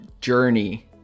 journey